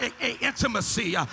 intimacy